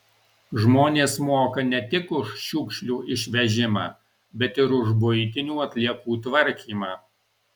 žmonės moka ne tik už šiukšlių išvežimą bet ir už buitinių atliekų tvarkymą